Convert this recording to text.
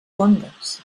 fondes